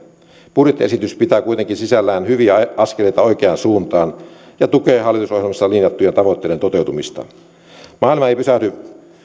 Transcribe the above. budjettiesitys pitää kuitenkin sisällään hyviä askeleita oikeaan suuntaa ja tukee hallitusohjelmassa linjattujen tavoitteiden toteutumista maailma ei pysähdy